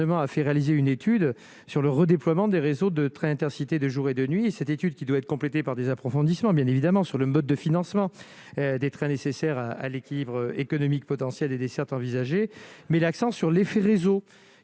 a fait réaliser une étude sur le redéploiement des réseaux de trains Intercités de jour et de nuit, cette étude qui doit être complétée par des approfondissements bien évidemment sur le mode de financement des très nécessaire à l'équilibre économique potentielle des dessertes envisagées met l'accent sur l'effet réseau